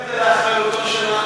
רוצים להעביר את זה לאחריותו של הנזקק.